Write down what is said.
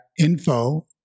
info